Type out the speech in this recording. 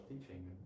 teaching